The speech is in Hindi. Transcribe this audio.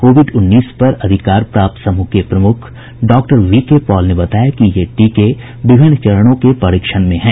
कोविड उन्नीस पर अधिकार प्राप्त समूह के प्रमुख डॉक्टर वीकेपॉल ने बताया कि ये टीके विभिन्न चरणों के परीक्षण में हैं